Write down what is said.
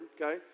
Okay